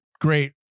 great